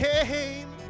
came